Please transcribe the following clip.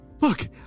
look